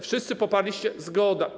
Wszyscy poparliście, zgoda.